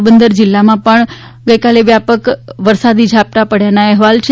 પોરબંદર જીલ્લામાં પણ વ્યાપક વરસાદી ઝાપટાં પડવાના અહેવાલ છે